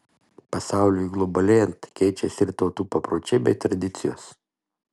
pasauliui globalėjant keičiasi ir tautų papročiai bei tradicijos